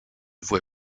voie